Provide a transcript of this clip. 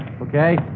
Okay